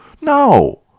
No